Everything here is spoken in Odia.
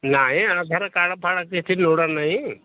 ନାଇଁ ଆଧାର କାର୍ଡ଼ ଫାଡ୍ କିଛି ଲୋଡ଼ା ନାହିଁ